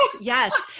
yes